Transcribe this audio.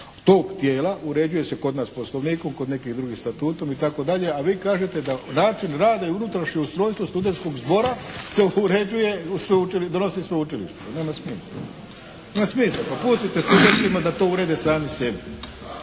tog tijela uređuje se kod nas poslovnikom, kod nekih drugih statutom a vi kažete da način rada i unutrašnje ustrojstvo studentskog zbora donosi sveučilište. To nema smisla. Pa pustite studentima da to urede sami sebi.